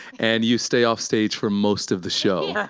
and you stay offstage for most of the show.